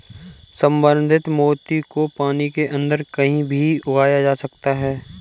संवर्धित मोती को पानी के अंदर कहीं भी उगाया जा सकता है